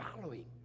following